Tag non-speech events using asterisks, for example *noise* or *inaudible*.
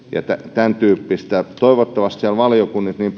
tämäntyyppistä toivottavasti siellä valiokunnissa niin *unintelligible*